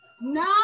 No